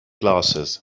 glasses